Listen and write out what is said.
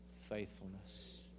faithfulness